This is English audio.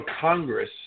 Congress